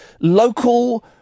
local